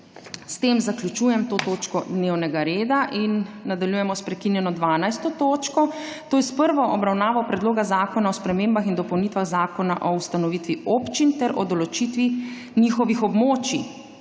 S tem zaključujem to točko dnevnega reda. Nadaljujemo s prekinjeno 12. točko, to je s prvo obravnavo Predloga zakona o spremembah in dopolnitvah Zakona o ustanovitvi občin ter o določitvi njihovih območij.